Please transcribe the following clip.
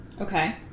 Okay